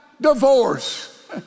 Divorce